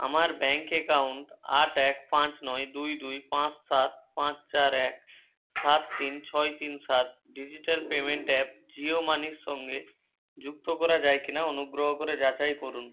আমার bank account আট এক পাঁচ নয় দুই দুই পাঁচ সাত পাঁচ চার এক সাত তিন ছয় তিন সাত ডিজিটাল পেমেন্ট অ্যাপ জিও মানির সঙ্গে যুক্ত করা যায় কি না অনুগ্রহ করে যাচাই করুন